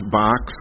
box